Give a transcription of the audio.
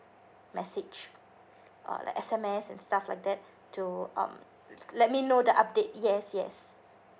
message err like S_M_S and stuff like that to um let me know the update yes yes